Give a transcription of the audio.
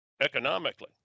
economically